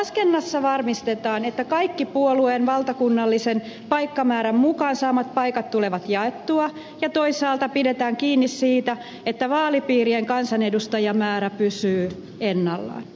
laskennassa varmistetaan että kaikki puolueen valtakunnallisen paikkamäärän mukaan saamat paikat tulevat jaetuiksi ja toisaalta pidetään kiinni siitä että vaalipiirien kansanedustajamäärä pysyy ennallaan